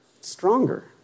stronger